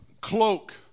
cloak